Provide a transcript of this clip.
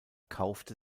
kaufte